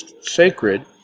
sacred